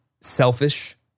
selfish